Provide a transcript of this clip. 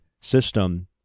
system